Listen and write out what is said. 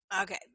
okay